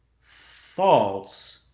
false